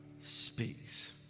speaks